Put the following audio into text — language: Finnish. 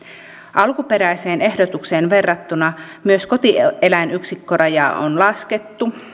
alkuperäiseen ehdotukseen verrattuna myös kotieläinyksikkörajaa on laskettu